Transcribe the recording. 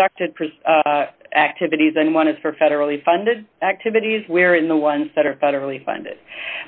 conducted activities and one is for federally funded activities where in the ones that are federally funded